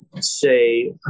say